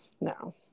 No